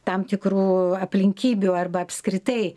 tam tikrų aplinkybių arba apskritai